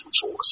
force